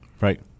Right